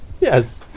Yes